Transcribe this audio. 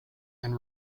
and